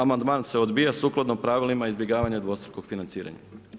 Amandman se odbija sukladno pravilima izbjegavanja dvostrukog financiranja.